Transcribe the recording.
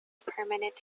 permanent